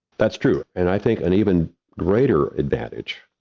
that's true, and i think an even greater advantage,